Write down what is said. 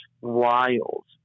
wild